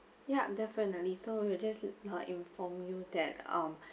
ya definitely so we'll just uh inform you that um